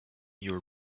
your